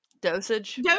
dosage